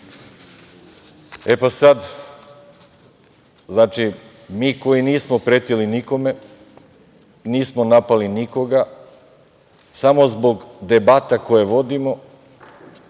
Majić. Sad, znači mi koji nismo pretili nikome, nismo napali nikoga, samo zbog debata koje vodimo